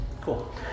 cool